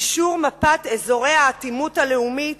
אישור מפת אזורי האטימות הלאומית,